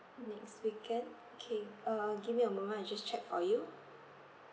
next weekend okay uh give me a moment I just check for you